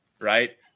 Right